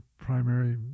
primary